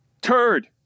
Turd